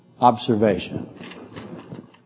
observation